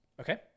Okay